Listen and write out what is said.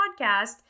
podcast